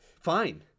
fine